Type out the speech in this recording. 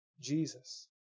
Jesus